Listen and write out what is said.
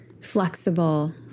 flexible